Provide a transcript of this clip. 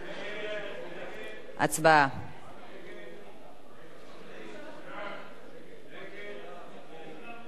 ההצעה להסיר מסדר-היום את הצעת חוק-יסוד: השבות נתקבלה.